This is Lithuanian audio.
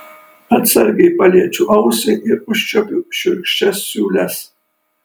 atsargiai paliečiu ausį ir užčiuopiu šiurkščias siūles